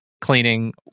cleaning